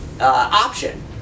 option